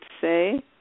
say